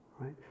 right